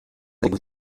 pour